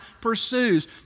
pursues